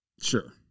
Sure